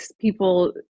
people